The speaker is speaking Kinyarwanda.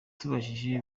tubajije